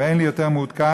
ואין לי יותר מעודכן,